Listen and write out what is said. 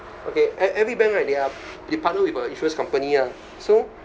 okay e~ every bank right they are they partner with a insurance company ah so